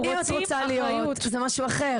אם את רוצה להיות, זה משהו אחר.